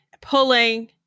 pulling